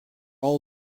all